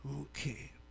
Okay